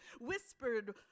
whispered